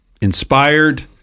inspired